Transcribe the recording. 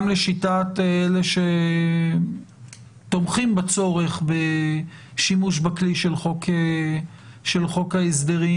גם לשיטת אלה שתומכים בצורך בשימוש בכלי של חוק ההסדרים,